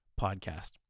Podcast